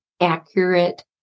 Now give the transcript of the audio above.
accurate